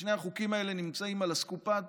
שני החוקים האלה נמצאים על אסקופת